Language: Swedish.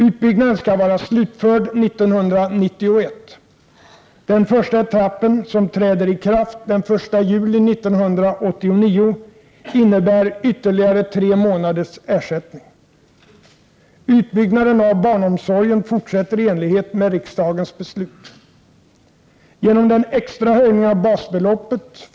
Utbyggnaden skall vara slutförd 1991. Den första etappen, som träder i kraft den 1 juli 1989, innebär ytterligare tre månaders ersättning.